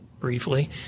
briefly